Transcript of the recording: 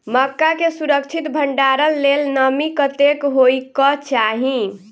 मक्का केँ सुरक्षित भण्डारण लेल नमी कतेक होइ कऽ चाहि?